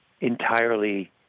entirely